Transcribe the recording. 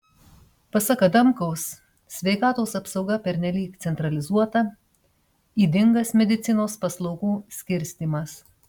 pasak adamkaus sveikatos apsauga pernelyg centralizuota ydingas medicinos paslaugų skirstymas